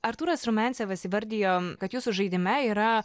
artūras rumiancevas įvardijo kad jūsų žaidime yra